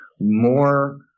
more